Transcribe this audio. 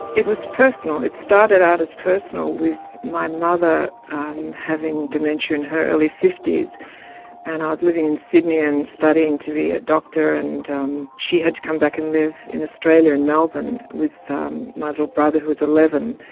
it was personal, it started out as personal with my mother having dementia in her early fifty s and i was living in sydney and studying to be a doctor and um she had to come back and live in australia, in melbourne, with my little brother who was eleven,